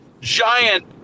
giant